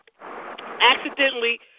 accidentally